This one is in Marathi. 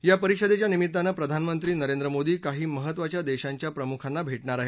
या परिषदेच्या निमित्तानं प्रधानमंत्री नरेंद्र मोदी काही महत्वाच्या देशांच्या प्रमुखांना भेटणार आहेत